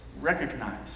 recognize